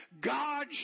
God